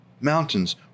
Mountains